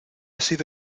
sido